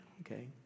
okay